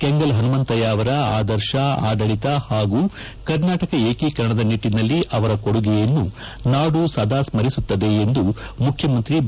ಕೆಂಗಲ್ ಹನುಮಂತಯ್ಯ ಅವರ ಆದರ್ಶ ಆಡಳಿತ ಹಾಗೂ ಕರ್ನಾಟಕ ಏಕೀಕರಣದ ನಿಟ್ಟಿನಲ್ಲಿ ಅವರ ಕೊಡುಗೆಯನ್ನು ನಾದು ಸದಾ ಸ್ಟರಿಸುತ್ತದೆ ಎಂದು ಮುಖ್ಯಮಂತ್ರಿ ಬಿ